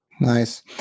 Nice